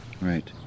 Right